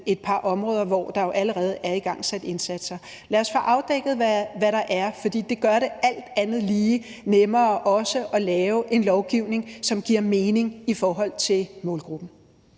et par områder, hvor der jo allerede er igangsat indsatser. Lad os få afdækket, hvad der er, for det gør det alt andet lige nemmere også at lave en lovgivning, som giver mening i forhold til målgruppen.